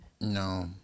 No